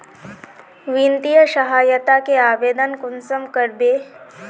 वित्तीय सहायता के आवेदन कुंसम करबे?